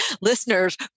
listeners